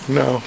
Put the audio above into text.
no